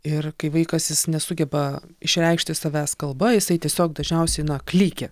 ir kai vaikas jis nesugeba išreikšti savęs kalba jisai tiesiog dažniausiai na klykia